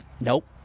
nope